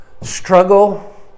struggle